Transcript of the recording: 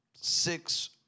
six